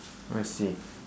I see